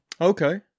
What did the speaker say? Okay